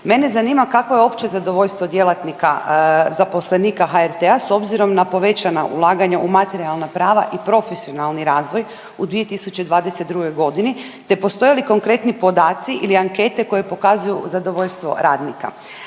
Mene zanima kakvo je uopće zadovoljstvo djelatnika zaposlenika HRT-a s obzirom na povećana ulaganja u materijalna prava i profesionalni razvoj u 2022. godini te postoji li konkretni podaci ili ankete koje pokazuju zadovoljstvo radnika.